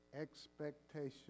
expectation